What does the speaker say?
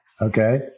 Okay